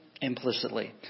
implicitly